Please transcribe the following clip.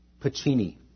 Pacini